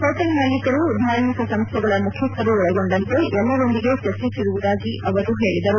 hotel ಮಾಲೀಕರು ಧಾರ್ಮಿಕ ಸಂಸ್ಥೆಗಳ ಮುಖ್ಯಸ್ಥರು ಒಳಗೊಂಡಂತೆ ಎಲ್ಲರೊಂದಿಗೆ ಚರ್ಚೆಸಿರುವುದಾಗಿ ಅವರು ಹೇಳಿದರು